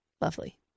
Lovely